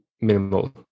Minimal